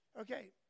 okay